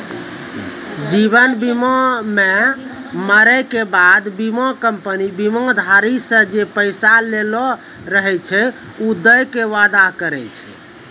जीवन बीमा मे मरै के बाद बीमा कंपनी बीमाधारी से जे पैसा लेलो रहै छै उ दै के वादा करै छै